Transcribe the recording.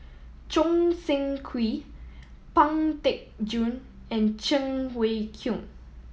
Choo Seng Quee Pang Teck Joon and Cheng Wai Keung